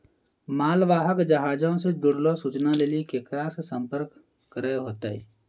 मालवाहक जहाजो से जुड़लो सूचना लेली केकरा से संपर्क करै होतै?